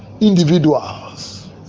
individuals